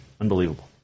unbelievable